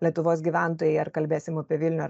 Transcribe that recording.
lietuvos gyventojai ar kalbėsim apie vilniaus